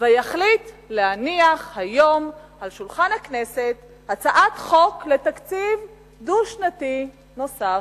ויחליט להניח היום על שולחן הכנסת הצעת חוק לתקציב דו-שנתי נוסף.